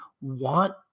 want